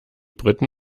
briten